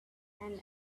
and